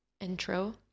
intro